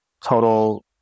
total